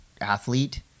athlete